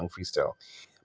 freestyle